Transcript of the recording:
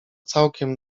całkiem